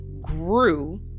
grew